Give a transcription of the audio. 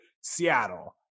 Seattle